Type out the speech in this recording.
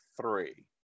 three